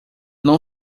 não